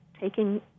taking